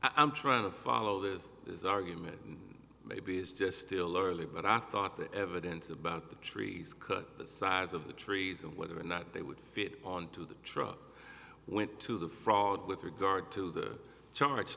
i'm trying to follow this is argument maybe is just still early but i thought that evidence about the trees cut the size of the trees and whether or not they would fit onto the truck went to the frog with regard to the charge